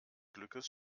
glückes